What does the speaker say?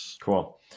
cool